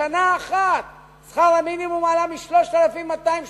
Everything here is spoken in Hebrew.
בשנה אחת שכר המינימום עלה מ-3,230